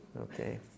Okay